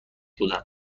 بودم